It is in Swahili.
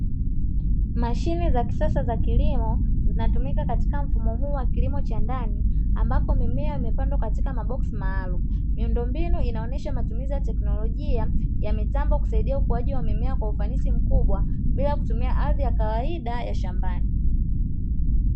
Mashine za kisasa za kilimo zinatumika katika mfumo huu wa kilimo cha ndani ambapo mimea imepandwa katika maboksi maalumu, miundombinu inaonyesha matumizi ya teknilojia ya mitambo kusaidia ukuaji wa mimea kwa ufanisi mkubwa, bila kutumia ardhi ya kawaida ya shambani.